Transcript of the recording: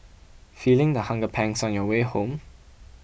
feeling the hunger pangs on your way home